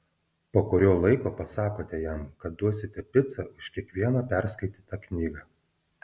po kurio laiko pasakote jam kad duosite picą už kiekvieną perskaitytą knygą